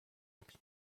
олж